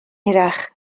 hirach